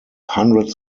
hundreds